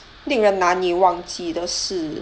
令人难以忘记的事